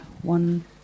one